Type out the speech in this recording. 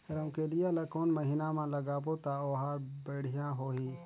रमकेलिया ला कोन महीना मा लगाबो ता ओहार बेडिया होही?